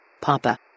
Papa